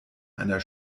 einer